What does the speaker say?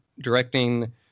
directing